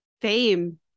fame